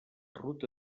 ruta